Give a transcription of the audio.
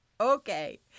okay